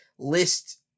list